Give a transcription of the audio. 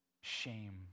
shame